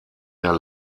der